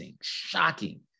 shocking